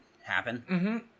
happen